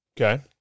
Okay